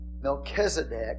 Melchizedek